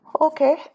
Okay